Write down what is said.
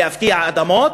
להפקיע את האדמות,